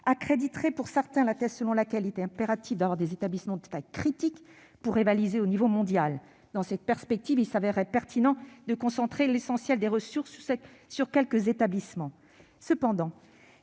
accréditerait pour certains la thèse selon laquelle il est impératif d'avoir des établissements de taille critique pour rivaliser au niveau mondial. Dans cette perspective, il s'avérerait pertinent de concentrer l'essentiel des ressources sur quelques établissements.